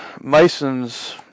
Mason's